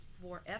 forever